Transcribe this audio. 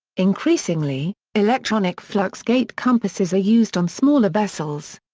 increasingly, electronic fluxgate compasses are used on smaller vessels.